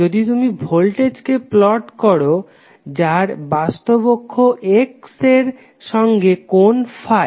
যদি তুমি voltage V কে প্লট করো যার বাস্তব অক্ষ X এর সঙ্গে কোণ ফাই